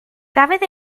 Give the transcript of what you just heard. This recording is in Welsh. dafydd